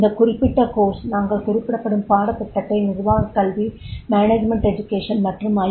இந்த குறிப்பிட்ட கோர்ஸ் ல் நாங்கள் குறிப்பிடப்படும் பாடத்திட்டத்தை நிர்வாகக் கல்வி மற்றும் ஐ